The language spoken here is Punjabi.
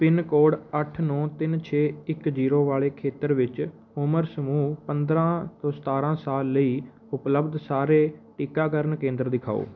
ਪਿੰਨਕੋਡ ਅੱਠ ਨੌ ਤਿੰਨ ਛੇ ਇੱਕ ਜੀਰੋ ਵਾਲੇ ਖੇਤਰ ਵਿੱਚ ਉਮਰ ਸਮੂਹ ਪੰਦਰ੍ਹਾਂ ਤੋਂ ਸਤਾਰ੍ਹਾਂ ਸਾਲ ਲਈ ਉਪਲਬਧ ਸਾਰੇ ਟੀਕਾਕਰਨ ਕੇਂਦਰ ਦਿਖਾਓ